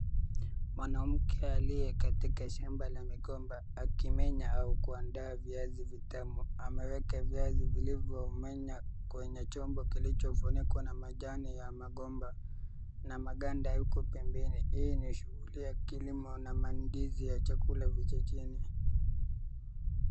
Mwanamke aliye katika shamba la migomba, akimenya au kuandaa viazi vitamu, ameweka viazi vilivyomenywa kwenye chombo kilichofunikwa na majani ya magomba, na maganda ya huko pembeni. Hii ni shughuli ya kilimo na mandizi ya chakula vijijini.